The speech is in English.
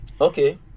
Okay